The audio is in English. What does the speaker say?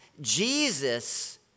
Jesus